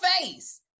face